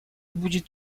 будет